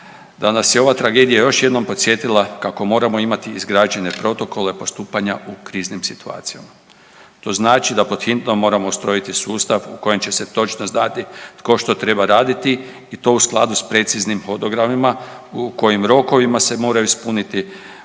da nas je ova tragedija još jednom podsjetila kako moramo imati izgrađene protokole postupanja u kriznim situacijama. To znači da pod hitno moramo ustrojiti sustav u kojem će se točno znati tko što treba raditi i to u skladu s preciznim hodogramima, u kojim rokovima se moraju ispuniti dodijeljeni